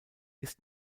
ist